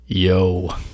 Yo